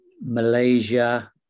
Malaysia